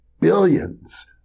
billions